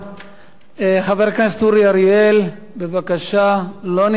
חבר הכנסת אורי אריאל, בבקשה, לא נמצא אתנו.